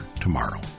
tomorrow